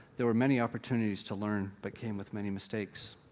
there were many opportunities to learn, but came with many mistakes.